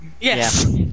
Yes